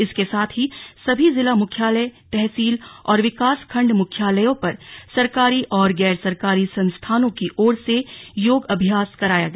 इसके साथ ही सभी जिला मुख्यालय तहसील और विकास खण्ड मुख्यालयों पर सरकारी और गैर सरकारी संस्थानों की ओर से योग अभ्यास कराया गया